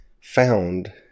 found